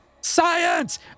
Science